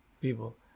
people